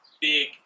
big